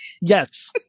Yes